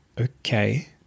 Okay